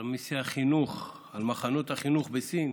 על מיסי החינוך, על מחנות החינוך בסין.